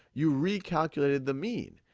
you recalculated the mean.